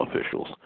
officials